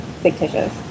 fictitious